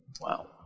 Wow